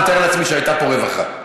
אני מתאר לעצמי שהייתה פה רווחה.